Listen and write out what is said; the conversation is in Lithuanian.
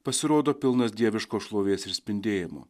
pasirodo pilnas dieviško šlovės ir spindėjimo